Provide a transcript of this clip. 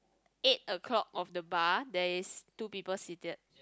eight o-clock of the bar there is two people seated